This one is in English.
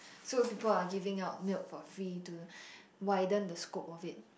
so people are giving out milk for free to widen the scope of it